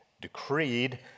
decreed